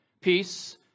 peace